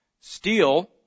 steel